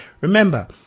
Remember